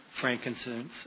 frankincense